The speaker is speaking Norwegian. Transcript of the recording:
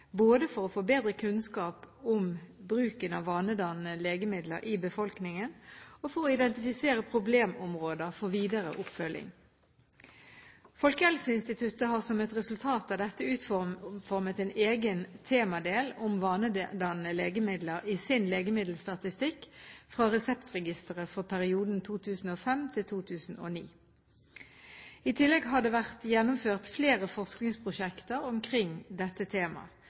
både for å få bedre kunnskap om bruken av vanedannende legemidler i befolkningen og for å identifisere problemområder for videre oppfølging. Folkehelseinstituttet har som et resultat av dette utformet en egen temadel om vanedannende legemidler i sin legemiddelstatistikk fra Reseptregisteret for perioden 2005–2009. I tillegg har det vært gjennomført flere forskningsprosjekter omkring dette temaet.